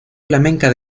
flamenca